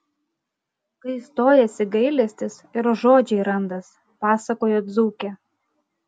kai stojasi gailestis ir žodžiai randas pasakojo dzūkė